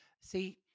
See